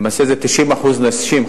למעשה הם 90% נשים,